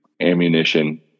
ammunition